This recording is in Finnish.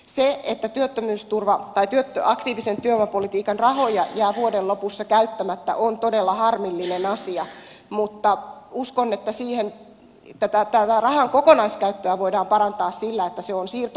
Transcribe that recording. se että aktiivisen työvoimapolitiikan rahoja jää vuoden lopussa käyttämättä on todella harmillinen asia mutta uskon että tätä rahan kokonaiskäyttöä voidaan parantaa sillä että se on siirtomääräraha